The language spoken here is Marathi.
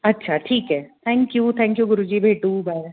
अच्छा ठीक आहे थँक्यू थँक्यू गुरूजी भेटू बाय